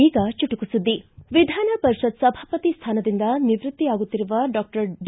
ಈಗ ಚುಟುಕು ಸುದ್ದಿ ವಿಧಾನ ಪರಿಷತ್ ಸಭಾಪತಿ ಸ್ವಾನದಿಂದ ನಿವ್ವತ್ತಿಯಾಗುತ್ತಿರುವ ಡಾಕ್ಷರ್ ಡಿ